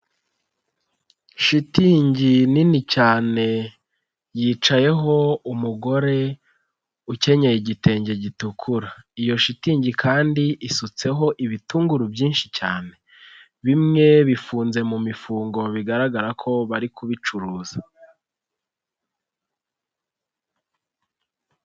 Shitingi nini cyane yicayeho umugore ukenyeye igitenge gitukura, iyo shitingi kandi isutseho ibitunguru byinshi cyane, bimwe bifunze mu mifungo bigaragara ko bari kubicuruza.